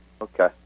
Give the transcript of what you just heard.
Okay